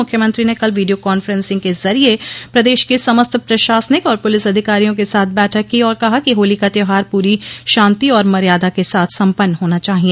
मुख्यमंत्री ने कल वीडियो कांफें सिंग क जरिये प्रदेश के समस्त प्रशासनिक और पुलिस अधिकारियों के साथ बैठक की और कहा कि होली का त्यौहार पूरी शांति और मार्यादा के साथ सम्पन्न होना चाहिए